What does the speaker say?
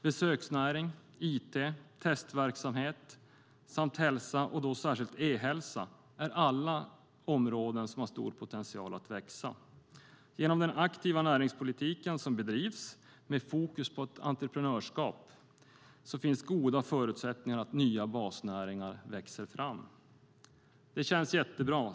Besöksnäring, it, testverksamhet samt hälsa och särskilt e-hälsa är alla områden som har stor potential att växa. Genom den aktiva näringspolitik som bedrivs, med fokus på entreprenörskap, finns det goda förutsättningar att nya basnäringar växer fram. Det känns jättebra.